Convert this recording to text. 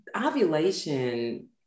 ovulation